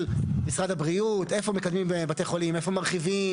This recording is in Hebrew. אז מה שאמרתי זה,